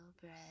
bread